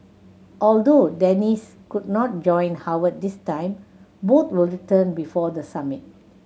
although Dennis could not join Howard this time both will return before the summit